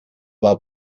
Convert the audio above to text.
war